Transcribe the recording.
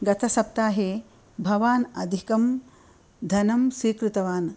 गतसप्ताहे भवान् अधिकं धनं स्वीकृतवान्